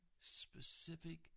specific